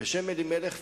בשם אלימלך פירר,